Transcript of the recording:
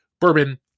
bourbon